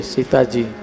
Sitaji